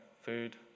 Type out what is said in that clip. food